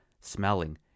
Smelling